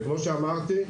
וכמו שאמרתי,